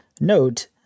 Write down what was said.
note